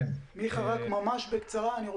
אנחנו